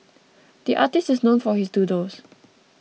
the artist is known for his doodles